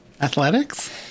Athletics